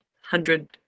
hundred